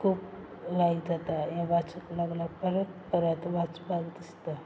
खूब लायक जाता हें वाचूंक लागल्यार परत परत वाचपाक दिसता